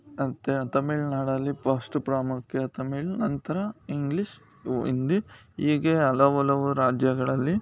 ಮತ್ತು ತಮಿಳ್ ನಾಡಲ್ಲಿ ಪಸ್ಟ್ ಪ್ರಾಮುಖ್ಯ ತಮಿಳ್ ನಂತರ ಇಂಗ್ಲಿಷ್ ಹಿಂದಿ ಹೀಗೆ ಹಲವಲವು ರಾಜ್ಯಗಳಲ್ಲಿ